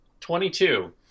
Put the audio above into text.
Twenty-two